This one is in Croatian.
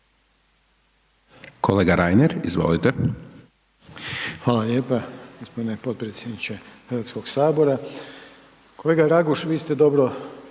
Kolega Reiner izvolite.